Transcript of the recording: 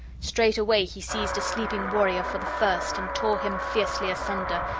straightway he seized a sleeping warrior for the first, and tore him fiercely asunder,